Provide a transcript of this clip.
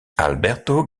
alberto